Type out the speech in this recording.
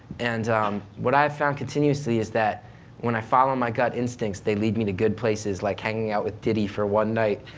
and what i have found continuously is that when i follow my gut instincts t they lead me to good places like hanging out with diddy for one night.